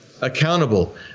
accountable